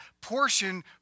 portion